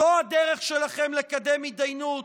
זו הדרך שלכם לקדם התדיינות?